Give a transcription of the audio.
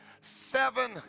seven